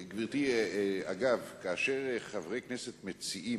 גברתי, דרך אגב, כאשר חברי כנסת מציעים,